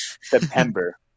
September